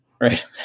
right